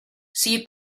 see